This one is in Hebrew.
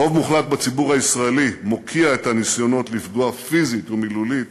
רוב מוחלט בציבור הישראלי מוקיע את הניסיונות לפגוע פיזית ומילולית